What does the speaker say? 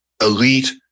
elite